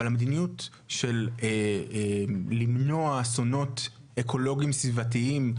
אבל המדיניות של למנוע אסונות אקולוגים סביבתיים,